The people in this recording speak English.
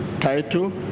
title